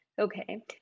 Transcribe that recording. okay